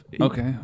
Okay